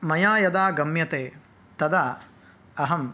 मया यदा गम्यते तदा अहं